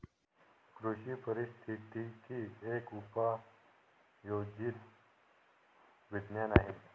कृषी पारिस्थितिकी एक उपयोजित विज्ञान आहे